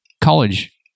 college